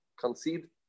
concede